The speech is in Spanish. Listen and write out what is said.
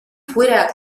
fuera